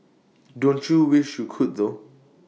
don't you wish you could though